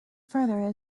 further